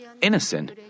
innocent